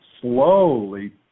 slowly